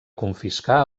confiscar